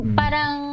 parang